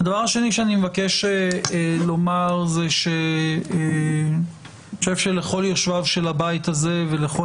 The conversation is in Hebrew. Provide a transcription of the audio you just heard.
דבר שני שאני מבקש לומר זה שאני חושב שלכל יושביו של הבית הזה ולכל